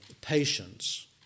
patience